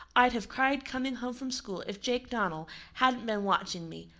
i'd have cried coming home from school if jake donnell hadn't been watching me.